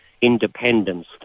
independence